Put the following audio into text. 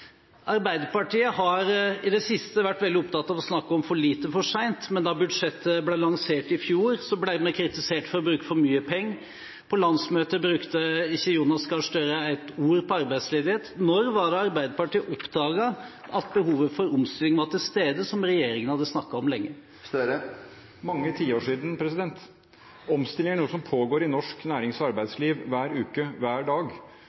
Arbeiderpartiet har i det siste vært veldig opptatt av å snakke om «for lite, for sent», men da budsjettet ble lansert i fjor, ble vi kritisert for å bruke for mye penger. På landsmøtet brukte ikke Jonas Gahr Støre ett ord på arbeidsledighet. Når var det Arbeiderpartiet oppdaget at behovet for omstilling var til stede som regjeringen hadde snakket om lenge? Mange tiår siden. Omstilling er noe som pågår i norsk nærings- og arbeidsliv hver uke, hver dag.